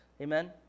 Amen